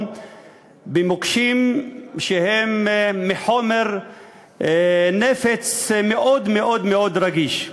במוקשים שהם מחומר נפץ מאוד מאוד מאוד רגיש.